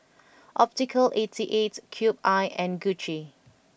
Optical Eighty Eight Cube I and Gucci